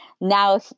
now